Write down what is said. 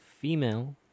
female